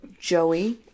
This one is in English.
Joey